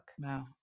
wow